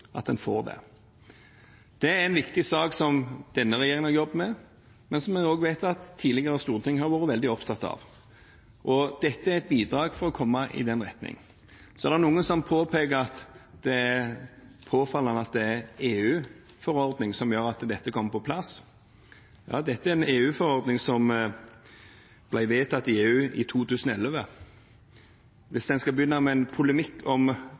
det. Det er en viktig sak som denne regjeringen jobber med, og som vi også vet at tidligere storting har vært veldig opptatt av. Dette er et bidrag i den retningen. Det er noen som påpeker at det er påfallende at det er en EU-forordning som gjør at dette kommer på plass. Ja, dette er en EU-forordning som ble vedtatt i EU i 2011. Hvis en skal begynne med en polemikk om